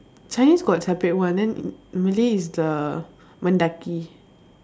chinese got separate one then malay is the Mendaki